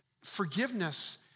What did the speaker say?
Forgiveness